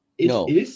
No